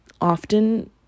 often